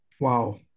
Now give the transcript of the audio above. Wow